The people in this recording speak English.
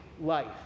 life